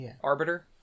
arbiter